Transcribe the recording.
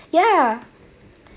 yeah